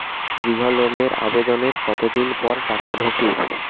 গৃহ লোনের আবেদনের কতদিন পর টাকা ঢোকে?